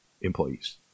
employees